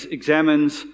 examines